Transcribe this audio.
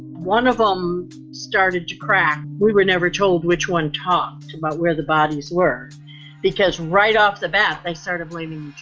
one of them started to crack. we were never told which one talks about where the bodies were because right off the bat, they started blaming